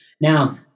Now